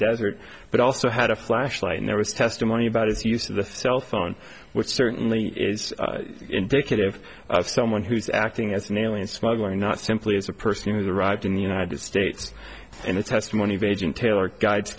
desert but also had a flashlight and there was testimony about his use of the cell phone which certainly is indicative of someone who's acting as an alien smuggling not simply as a person who arrived in the united states and its testimony of agent taylor guides